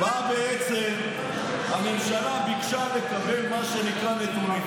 בעצם הממשלה ביקשה לקבל מה שנקרא נתונים.